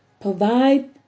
provide